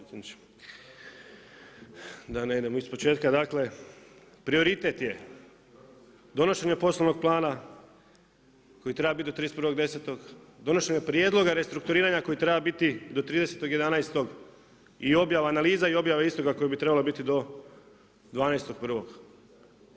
Da ne idem iz početka, dakle, prioritet je donošenje poslovnog plana koji treba bit do 31.10., donošenje prijedloga restrukturiranja koji treba biti do 30.11. i objava analiza i objava istoga koja bi trebala biti do 12.1.